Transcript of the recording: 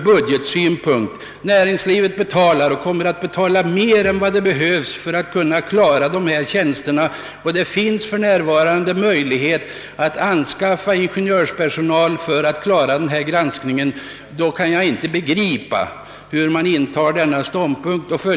Eftersom näringslivet betalar och kommer att betala mer än vad som behövs för att klara de tjänster som behövs och det för närvarande finns möjlighet att anskaffa ingenjörspersonal för granskningsarbetet kan jag inte begripa varför man intar en avvisande ståndpunkt.